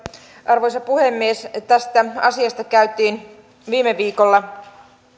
arvoisa puhemies tästä asiasta käytiin jo viime viikolla